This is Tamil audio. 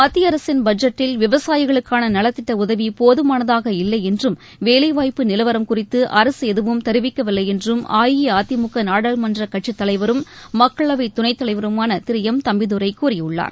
மத்திய அரசின் பட்ஜெட்டில் விவசாயிகளுக்கான நலத்திட்ட உதவி போதுமானதாக இல்லை என்றும் வேலை வாய்ப்பு நிலவரம் குறித்து அரசு எதுவும் தெரிவிக்கவில்லை என்றும் அஇஅதிமுக நாடாளுமன்ற கட்சித் தலைவரும் மக்களவை துணைத் தலைவருமான திரு எம் தம்பிதுரை கூறியுள்ளார்